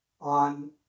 on